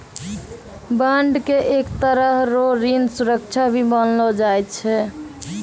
bond के एक तरह रो ऋण सुरक्षा भी मानलो जाय छै